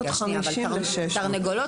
כשאתה מכניס תרנגולות,